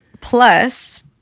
Plus